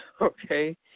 Okay